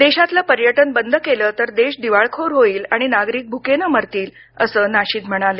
देशातलं पर्यटन बंद केलं तर देश दिवाळखोर होईल आणि नागरिक भुकेनं मरतील असं नाशिद म्हणाले